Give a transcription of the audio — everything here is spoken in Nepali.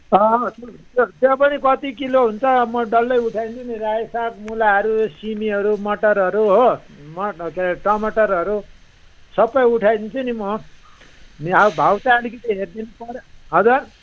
अँ त्यो त्यो रायो पनि कति किलो हुन्छ म डल्लै उठाइदिन्छु नि रायोको साग मुलाहरू सिमीहरू मटरहरू हो मटर के अरे टमाटरहरू सबै उठाइदिन्छु नि म नि हौ भाउ चाहिँ अलिकति हेरिदिनु पर्यो हजुर